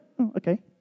Okay